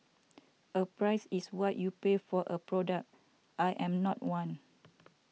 a price is what you pay for a product I am not one